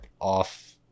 Off